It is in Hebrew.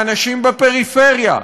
האנשים בפריפריה,